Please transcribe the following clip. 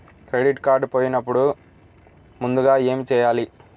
Credit card పోయినపుడు ముందుగా ఏమి చేయాలి?